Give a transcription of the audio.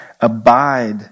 Abide